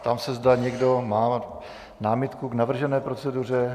Ptám se, zda někdo má námitku k navržené proceduře.